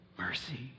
mercy